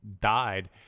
died